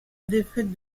défaite